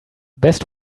best